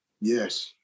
Yes